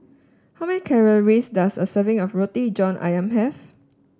how many calories does a serving of Roti John ayam have